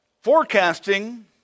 forecasting